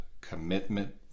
commitment